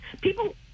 people